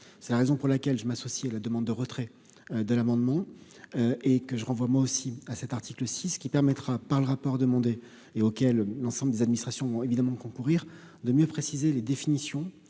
c'est la raison pour laquelle je m'associe à la demande de retrait de l'amendement et que je renvoie moi aussi à cet article si ce qui permettra par le rapport demandé et auquel l'ensemble des administrations évidemment concourir de mieux préciser les définitions,